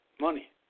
Money